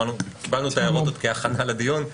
קיבלנו את ההערות כהכנה לדיון,